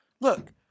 Look